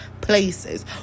places